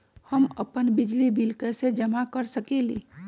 हम अपन बिजली बिल कैसे जमा कर सकेली?